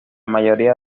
mayoría